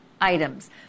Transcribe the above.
items